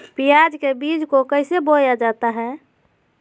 प्याज के बीज को कैसे बोया जाता है?